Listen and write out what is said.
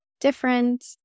different